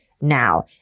now